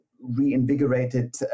reinvigorated